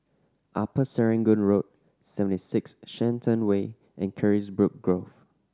Upper Serangoon Road Seventy Six Shenton Way and Carisbrooke Grove